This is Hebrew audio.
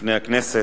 בפני הכנסת.